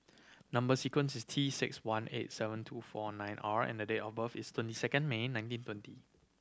number sequence is T six one eight seven two four nine R and the date of birth is twenty second May nineteen twenty